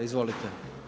Izvolite!